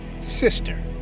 sister